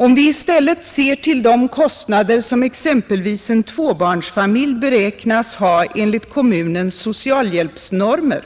Om vi i stället ser till de kostnader som exempelvis en tvåbarnsfamilj beräknas ha enligt kommunens socialhjälpsnormer